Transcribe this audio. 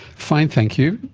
find thank you.